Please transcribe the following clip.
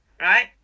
Right